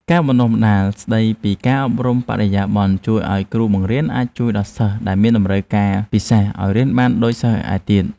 ការបណ្តុះបណ្តាលស្តីពីការអប់រំបរិយាបន្នជួយឱ្យគ្រូបង្រៀនអាចជួយដល់សិស្សដែលមានតម្រូវការពិសេសឱ្យរៀនបានដូចសិស្សឯទៀត។